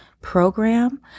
program